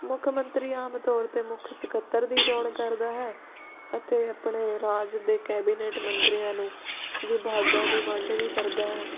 ਮੁੱਖ ਮੰਤਰੀ ਆਮ ਤੌਰ 'ਤੇ ਮੁੱਖ ਸਕੱਤਰ ਦੀ ਚੋਣ ਕਰਦਾ ਹੈ ਅਤੇ ਆਪਣੇ ਰਾਜ ਦੇ ਕੈਬਿਨਟ ਮੰਤਰੀਆਂ ਨੂੰ ਵਿਭਾਗਾਂ ਦੀ ਵੰਡ ਵੀ ਕਰਦਾ ਹੈ